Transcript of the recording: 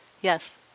Yes